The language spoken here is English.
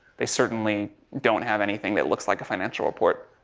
they certainly don't have anything that looks like a financial report.